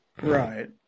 Right